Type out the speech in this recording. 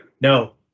no